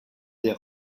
des